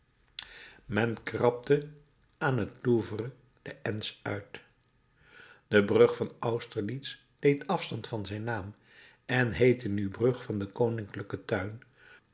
men krabde aan het louvre de n's uit de brug van austerlitz deed afstand van zijn naam en heette nu brug van den koninklijken tuin